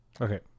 okay